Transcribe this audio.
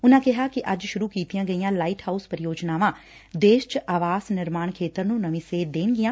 ਉਨੂਂ ਕਿਹਾ ਕਿ ਅੱਜ ਸੁਰੂ ਕੀਤੀਆਂ ਗਈਆਂ ਲਾਈਟ ਹਾਉਸ ਪ੍ਰੀਯੋਜਨਾਵਾਂ ਦੇਸ਼ ਚ ਆਵਾਸ ਨਿਰਮਾਣ ਖੇਤਰ ਨੂੰ ਨਵੀਂ ਸੇਧ ਦੇਣਗੀਆਂ